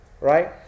Right